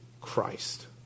Christ